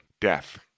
Death